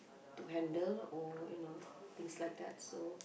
to handle or you know things like that so